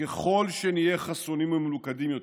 וככל שנהיה חסונים ומלוכדים יותר,